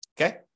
Okay